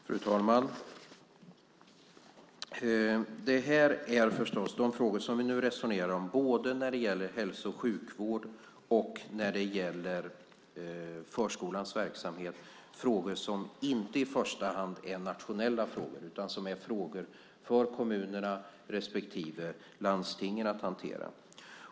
Fru talman! De frågor som vi nu resonerar om, både när det gäller hälso och sjukvård och när det gäller förskolans verksamhet, är i första hand inte nationella frågor utan frågor för kommunerna respektive landstingen att hantera.